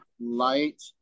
light